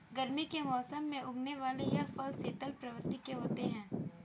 गर्मी के मौसम में उगने वाले यह फल शीतल प्रवृत्ति के होते हैं